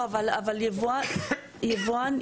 יהודה ושומרון,